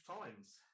times